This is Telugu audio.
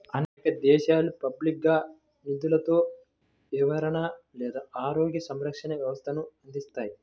అనేక దేశాలు పబ్లిక్గా నిధులతో విరమణ లేదా ఆరోగ్య సంరక్షణ వ్యవస్థలను అందిస్తాయి